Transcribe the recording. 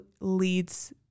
leads